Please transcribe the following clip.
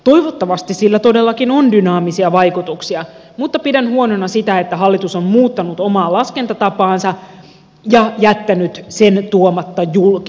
toivottavasti sillä todellakin on dynaamisia vaikutuksia mutta pidän huonona sitä että hallitus on muuttanut omaa laskentatapaansa ja jättänyt sen tuomatta julki